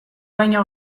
baino